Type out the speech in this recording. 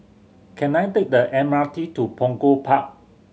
can I take the M R T to Punggol Park